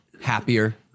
happier